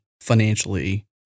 financially